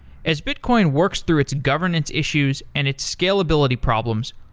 as bitcoin works through its governance issues and its scalability problems,